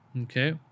Okay